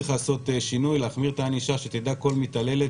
צריך לעשות שינוי ולהחמיר את הענישה שתדע כל מטפלת מתעללת